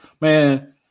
man